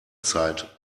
zeit